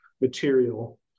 material